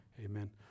Amen